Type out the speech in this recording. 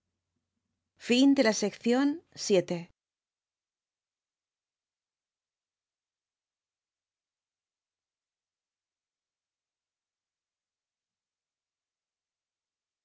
es la acción